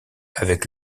avec